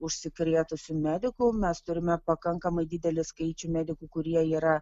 užsikrėtusių medikų mes turime pakankamai didelį skaičių medikų kurie yra